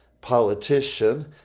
politician